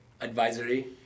advisory